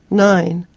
nine,